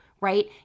right